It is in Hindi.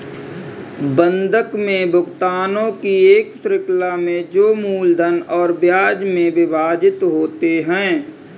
बंधक में भुगतानों की एक श्रृंखला में जो मूलधन और ब्याज में विभाजित होते है